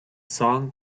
song